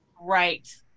Right